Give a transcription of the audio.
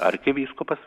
arkivyskupas vis tiek